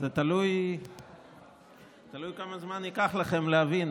זה תלוי כמה זמן ייקח לכם להבין